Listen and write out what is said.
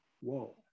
Whoa